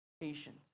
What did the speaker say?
Patience